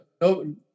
no